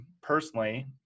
personally